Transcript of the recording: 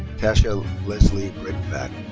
tasha leslie bridenback.